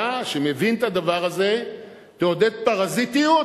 אתה, שמבין את הדבר הזה, תעודד פרזיטיות?